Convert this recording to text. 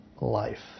life